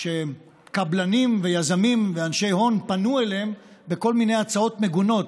שקבלנים ויזמים ואנשי הון פנו אליהם בכל מיני הצעות מגונות.